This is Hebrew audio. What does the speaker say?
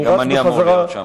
גם אני צריך להיות שם.